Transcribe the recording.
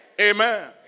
Amen